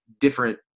different